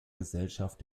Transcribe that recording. gesellschaft